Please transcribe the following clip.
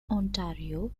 ontario